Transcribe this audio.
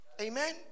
Amen